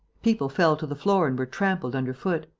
people fell to the floor and were trampled under foot.